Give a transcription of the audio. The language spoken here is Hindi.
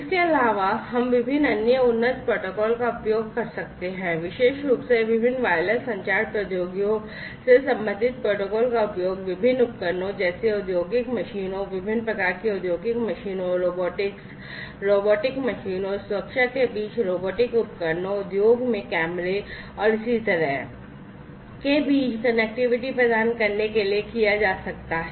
इसके अलावा हम विभिन्न अन्य उन्नत प्रोटोकॉल का उपयोग कर सकते हैं विशेष रूप से विभिन्न वायरलेस संचार प्रौद्योगिकियों से संबंधित प्रोटोकॉल का उपयोग विभिन्न उपकरणों जैसे औद्योगिक मशीनों विभिन्न प्रकार की औद्योगिक मशीनों रोबोटिक्स रोबोटिक मशीनों सुरक्षा के बीच रोबोटिक उपकरणों उद्योग में कैमरे और इसी तरह के बीच कनेक्टिविटी प्रदान करने के लिए किया जा सकता है